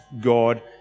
God